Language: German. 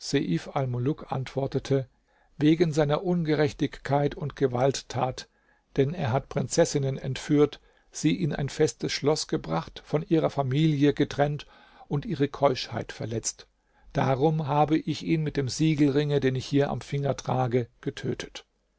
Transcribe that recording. antwortete wegen seiner ungerechtigkeit und gewalttat denn er hat prinzessinnen entführt sie in ein festes schloß gebracht von ihrer familie getrennt und ihre keuschheit verletzt darum habe ich ihn mit dem siegelringe den ich hier am finger trage getötet